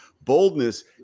Boldness